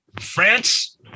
France